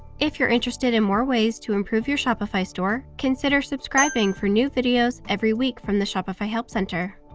if you're interested in more ways to improve your shopify store, consider subscribing for new videos every week from the shopify help center.